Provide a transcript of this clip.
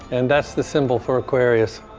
and that's the symbol for aquarius,